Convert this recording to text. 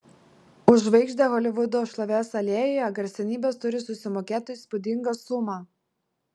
už žvaigždę holivudo šlovės alėjoje garsenybės turi susimokėti įspūdingą sumą